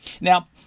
Now